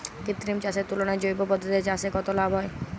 কৃত্রিম চাষের তুলনায় জৈব পদ্ধতিতে চাষে কত লাভ হয়?